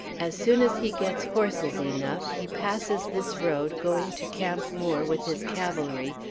as soon as he gets horses enough, he passes this road, going to camp moore with his cavalry,